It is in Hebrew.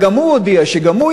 וגם הוא הודיע שגם הוא,